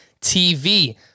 TV